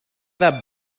that